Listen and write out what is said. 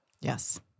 Yes